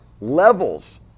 levels